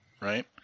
right